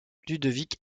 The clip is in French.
ludovic